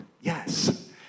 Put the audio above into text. Yes